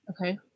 Okay